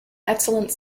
excellent